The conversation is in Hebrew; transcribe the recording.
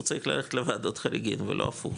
הוא צריך ללכת לוועדות חריגים ולא הפוך